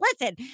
listen